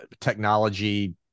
technology